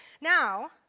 Now